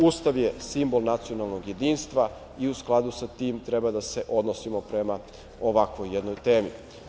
Ustav je simbol nacionalnog jedinstva i u skladu sa tim treba da se odnosimo prema ovakvoj jednoj temi.